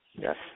Yes